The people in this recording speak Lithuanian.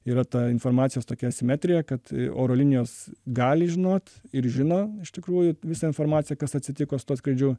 yra ta informacijos tokia asimetrija kad oro linijos gali žinot ir žino iš tikrųjų visą informaciją kas atsitiko su tuo skrydžiu